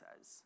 says